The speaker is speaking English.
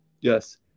Yes